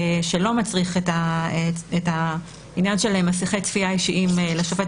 שלא מצריך את העניין של מסכי צפייה אישיים לשופט,